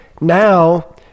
now